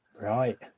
Right